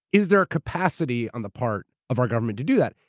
is there a capacity on the part of our government to do that?